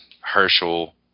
Herschel